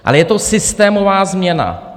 Ale je to systémová změna.